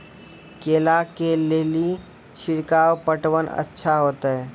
केला के ले ली छिड़काव पटवन अच्छा होते?